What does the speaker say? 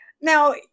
Now